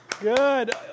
Good